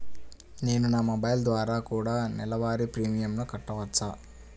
నేను నా మొబైల్ ద్వారా కూడ నెల వారి ప్రీమియంను కట్టావచ్చా?